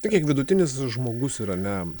tai kiek vidutinis žmogus irane